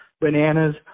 bananas